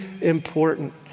important